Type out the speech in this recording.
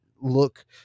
look